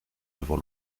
devant